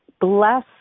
bless